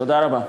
תודה רבה.